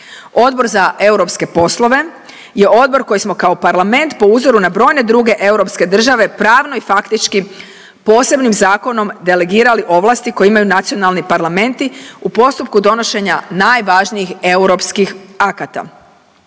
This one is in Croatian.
Odbor za Europske poslove je odbor koji smo kao Parlament po uzoru na brojne druge europske države pravno i faktički posebnim zakonom delegirali ovlasti koje imaju nacionalni parlamenti u postupku donošenja najvažnijih europskih akata.